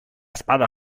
espada